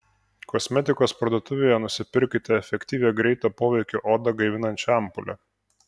kosmetikos parduotuvėje nusipirkite efektyvią greito poveikio odą gaivinančią ampulę